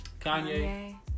kanye